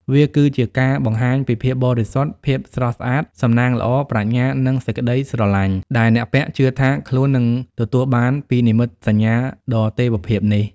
វាគឺជាការបង្ហាញពី ភាពបរិសុទ្ធ ភាពស្រស់ស្អាត សំណាងល្អ ប្រាជ្ញា និង សេចក្តីស្រឡាញ់ ដែលអ្នកពាក់ជឿថាខ្លួននឹងទទួលបានពីនិមិត្តសញ្ញាដ៏ទេវភាពនេះ។